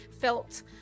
felt